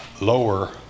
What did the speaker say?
lower